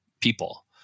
people